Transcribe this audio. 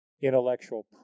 intellectual